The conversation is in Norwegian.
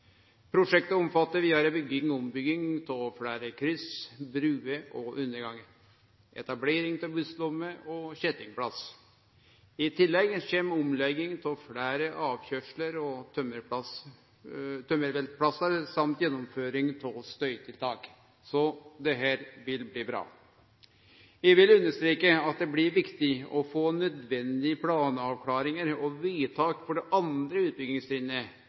Prosjektet omfattar vidare bygging og ombygging av fleire kryss, bruer og undergangar, etablering av busslommer og kjettingplass. I tillegg kjem omlegging av fleire avkøyrsler og tømmervelteplassar og gjennomføring av støytiltak. Så dette vil bli bra. Eg vil understreke at det blir viktig å få nødvendige planavklaringar og vedtak for det andre